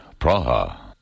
Praha